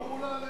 לא לא,